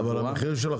בוקר טוב,